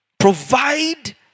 provide